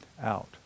out